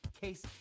Case